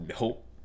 Nope